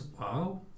Wow